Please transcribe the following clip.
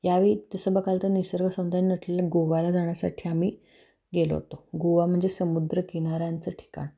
यावेळी तसं बघाल तर निसर्ग सौंदर्यानं नटलेलं गोव्याला जाण्यासाठी आम्ही गेलो होतो गोवा म्हणजे समुद्र किनाऱ्यांचं ठिकाण